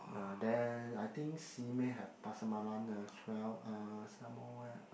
uh then I think Simei have Pasar-Malam as well uh some more where ah